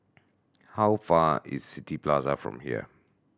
how far is City Plaza from here